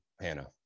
Hannah